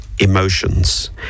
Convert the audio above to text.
emotions